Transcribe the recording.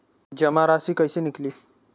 जमा राशि कइसे निकली?